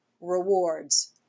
Rewards